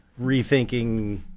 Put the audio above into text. rethinking